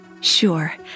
Sure